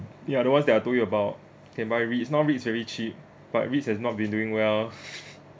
ya the ones that I told you about can buy REITs normally it's very cheap but REITs has not been doing well